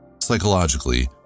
Psychologically